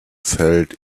felt